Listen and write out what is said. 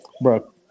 bro